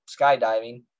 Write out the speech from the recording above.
skydiving